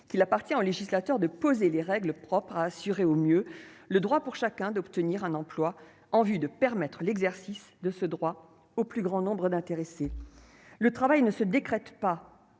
qu'il appartient au législateur de poser les règles propres à assurer au mieux le droit pour chacun d'obtenir un emploi en vue de permettre l'exercice de ce droit au plus grand nombre d'intéressés, le travail ne se décrète pas,